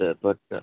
ব্যাপারটা